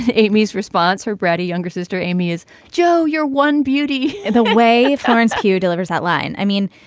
amy's response her bready younger sister amy is joe you're one beauty and the way florence q delivers that line. i mean,